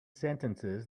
sentences